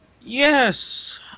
Yes